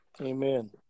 Amen